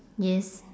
yes